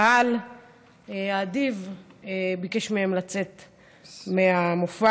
הקהל האדיב ביקש מהם לצאת מהמופע.